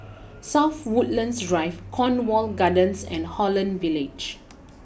South Woodlands Drive Cornwall Gardens and Holland Village